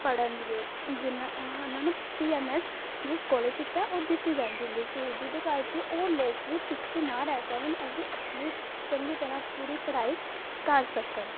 ਪੜ੍ਹਨ ਲੀਏ ਜਿਨ੍ਹਾਂ ਅਹ ਉਹਨਾਂ ਨੂੰ ਪੀ ਐੱਮ ਐੱਸ ਜੋ ਸਕੋਲਰਸ਼ਿਪ ਹੈ ਉਹ ਦਿੱਤੀ ਜਾਂਦੀ ਹੁੰਦੀ ਸੀ ਜਿਹਦੇ ਕਰਕੇ ਉਹ ਲੋਕ ਵੀ ਪਿੱਛੇ ਨਾ ਰਹਿ ਪਵਣ ਉਹ ਵੀ ਆਪਣੇ ਚੰਗੀ ਤਰ੍ਹਾਂ ਪੂਰੀ ਪੜ੍ਹਾਈ ਕਰ ਸਕਣ